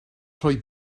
rhoi